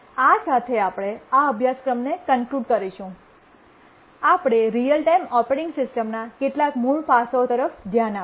આ સાથે આપણે આ અભ્યાસક્રમને કન્ક્લૂડ કરીશું આપણે રીઅલ ટાઇમ ઓપરેટિંગ સિસ્ટમ્સના કેટલાક મૂળ પાસાંઓ તરફ ધ્યાન આપ્યું